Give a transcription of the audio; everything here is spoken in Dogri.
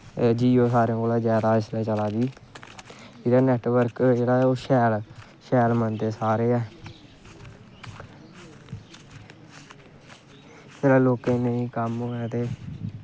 ते जियो इसलै जैदा सारें कोला दा चला दी एह्दा नैटबर्क जेह्ड़ा शैल मन्नदे सारे गै जिसलै लोकें नेईं कम्म होऐ ते